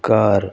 ਕਰ